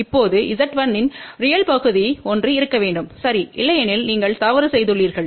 இப்போது z1 இன் real பகுதி ஒன்று இருக்க வேண்டும் சரி இல்லையெனில் நீங்கள் தவறு செய்துள்ளீர்கள்